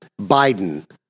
Biden